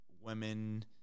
women